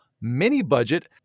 mini-budget